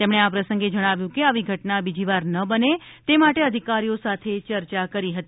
તેમણે આ પ્રસંગે જણાવ્યું હતું કે આવી ઘટના બીજી વાર ન બને તે માટે અધિકારીઓ સાથે ચર્ચા કરી હતી